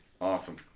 Awesome